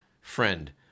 friend